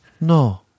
No